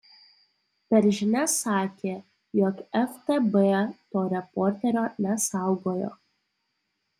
per žinias sakė jog ftb to reporterio nesaugojo